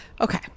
Okay